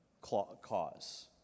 cause